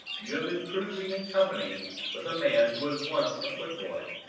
you have been cruising in company with a man who was once a foot-boy.